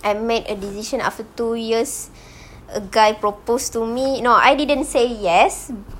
I made a decision after two years a guy proposed to me no I didn't say yes